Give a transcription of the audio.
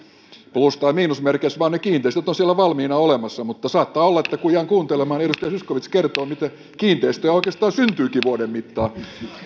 plus tai miinusmerkeissä vaan ne kiinteistöt ovat siellä valmiina olemassa mutta saattaa olla että kun jään kuuntelemaan niin edustaja zyskowicz kertoo miten kiinteistöjä oikeastaan syntyykin vuoden mittaan